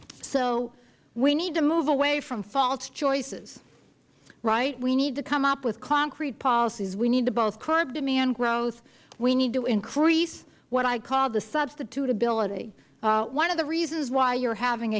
so we need to move away from false choices right we need to come up with concrete policies we need to both curb demand growth we need to increase what i call the substitutability one of the reasons why you are having